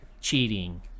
cheating